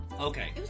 Okay